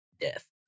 death